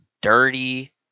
dirty